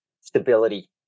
stability